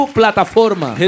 plataforma